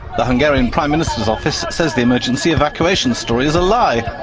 the hungarian prime minister's office says the emergency evacuation story is a lie,